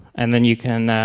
and then you can